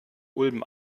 ulm